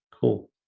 Cool